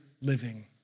living